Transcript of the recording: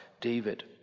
David